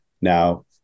now